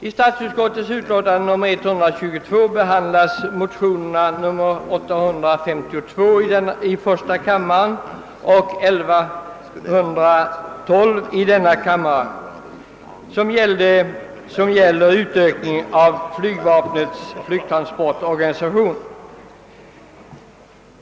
I statsutskottets utlåtande nr 122 behandlas motionsparet I: 852 och II: 1112, som gäller utökningen av flygvapnets flygtransportorganisation.